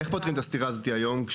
איך פותרים את הסתירה הזאת היום,